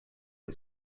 and